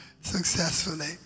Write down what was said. successfully